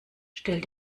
stell